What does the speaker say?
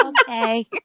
Okay